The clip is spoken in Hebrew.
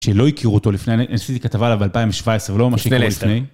שלא הכירו אותו לפני, אני עשיתי כתבה עליו ב-2017 ולא ממש הכירו לפני.